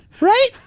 Right